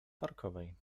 parkowej